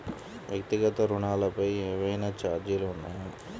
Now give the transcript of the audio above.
వ్యక్తిగత ఋణాలపై ఏవైనా ఛార్జీలు ఉన్నాయా?